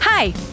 Hi